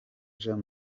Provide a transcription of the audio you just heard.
jean